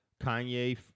Kanye